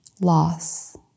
loss